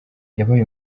yabaye